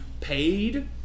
paid